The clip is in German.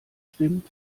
stimmt